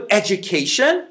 education